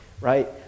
right